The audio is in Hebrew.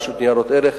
רשות ניירות ערך,